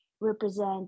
represent